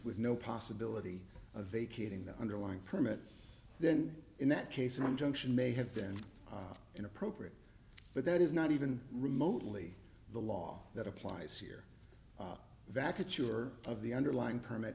with no possibility of vacating the underlying permit then in that case one junction may have been inappropriate but that is not even remotely the law that applies here that your of the underlying permit